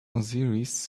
osiris